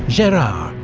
gerard,